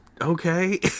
Okay